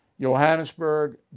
Johannesburg